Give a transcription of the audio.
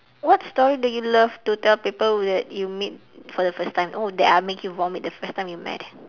what story do you love to tell people that you meet for the first time oh that I make you vomit the first time we met